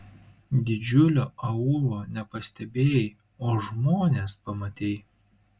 didžiulio aūlo nepastebėjai o žmones pamatei